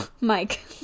Mike